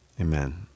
Amen